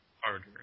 harder